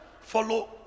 follow